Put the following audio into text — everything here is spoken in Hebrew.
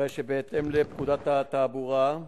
הרי שבהתאם לפקודת התעבורה,